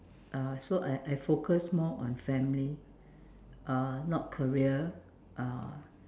uh so I I focus more on family uh not career uh